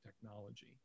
technology